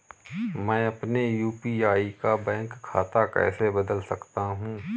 मैं अपने यू.पी.आई का बैंक खाता कैसे बदल सकता हूँ?